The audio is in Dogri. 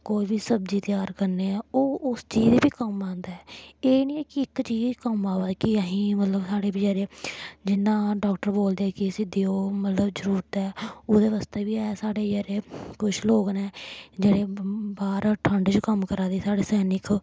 कोई बी सब्जी त्यार करने आं ओह् उस चीज च बी कम्म औंदा ऐ एह् निं ऐ कि इक चीज कम्म आवा दी कि आहें गी मतलब साढ़े बचैरे जिन्ना डाक्टर बोलदे कि इस्सी देओ मतलब जरूरत ऐ ओह्दे बास्तै बी एह् साढ़े बचैरे कुछ लोग न जेह्ड़े बाह्र ठंड च कम्म करा दे साढ़े सैनिक